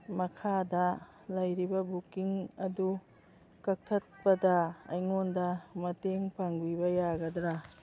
ꯃꯈꯥꯗ ꯂꯩꯔꯤꯕ ꯕꯨꯛꯀꯤꯡ ꯑꯗꯨ ꯀꯛꯊꯠꯄꯗ ꯑꯩꯉꯣꯟꯗ ꯃꯇꯦꯡ ꯄꯥꯡꯕꯤꯕ ꯌꯥꯒꯗ꯭ꯔ